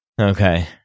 Okay